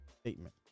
statement